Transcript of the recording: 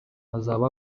hazaba